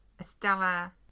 Estella